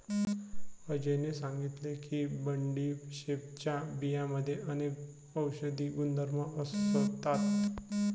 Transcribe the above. अजयने सांगितले की बडीशेपच्या बियांमध्ये अनेक औषधी गुणधर्म असतात